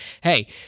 hey